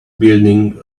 building